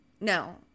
No